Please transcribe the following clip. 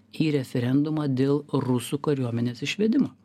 į referendumą dėl rusų kariuomenės išvedimo